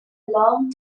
long